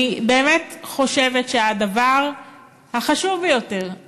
אני באמת חושבת שהדבר החשוב ביותר,